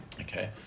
Okay